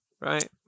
right